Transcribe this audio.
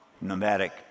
nomadic